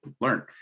learn